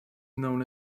known